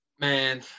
Man